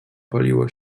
paliło